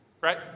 right